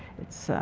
it's,